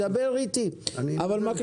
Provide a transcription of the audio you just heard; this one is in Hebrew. חבר הכנסת מקלב